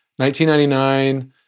1999